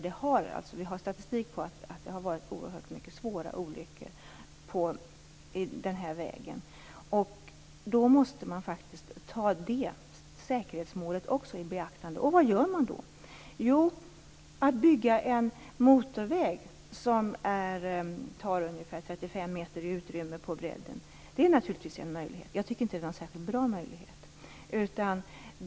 Vi har också statistik på att det har förekommit väldigt många svåra olyckor på den här vägen. Därför måste också säkerhetsmålet tas i beaktande. Vad gör man då? Att bygga en motorväg som tar ungefär 35 meter i utrymme på bredden är naturligtvis en möjlighet, men jag tycker inte att det är någon särskilt bra möjlighet.